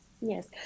yes